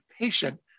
patient